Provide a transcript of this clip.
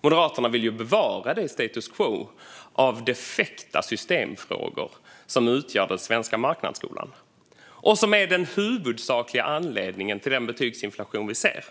Moderaterna vill ju bevara det status quo av defekta system som utgör den svenska marknadsskolan och som är den huvudsakliga anledningen till den betygsinflation vi ser.